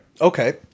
Okay